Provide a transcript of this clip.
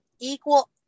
equal